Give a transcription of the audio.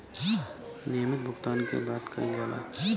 नियमित भुगतान के बात कइल जाला